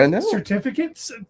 certificates